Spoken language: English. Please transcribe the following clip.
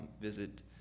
visit